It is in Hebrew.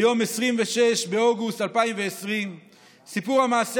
ביום 26 באוגוסט 2020. סיפור המעשה